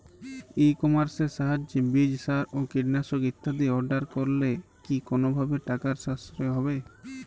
ই কমার্সের সাহায্যে বীজ সার ও কীটনাশক ইত্যাদি অর্ডার করলে কি কোনোভাবে টাকার সাশ্রয় হবে?